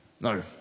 No